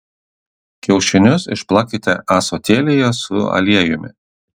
kiaušinius išplakite ąsotėlyje su aliejumi